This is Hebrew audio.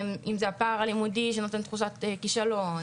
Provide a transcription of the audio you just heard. אם זה הפער הלימודי שנותן תחושת כישלון,